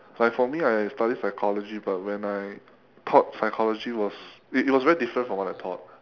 like for me I study psychology but when I thought psychology it was it was very different from what I thought